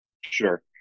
Sure